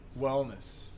wellness